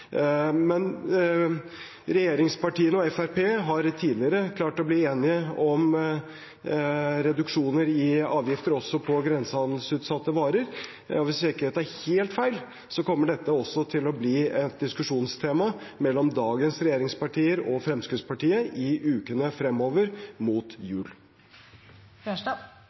Regjeringspartiene og Fremskrittspartiet har tidligere klart å bli enige om reduksjoner i avgifter også på grensehandelsutsatte varer, og hvis jeg ikke tar helt feil, kommer dette også til å bli et diskusjonstema mellom dagens regjeringspartier og Fremskrittspartiet i ukene fremover mot